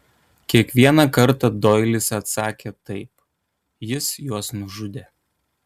kiekvieną kartą doilis atsakė taip jis juos nužudė